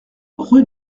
rue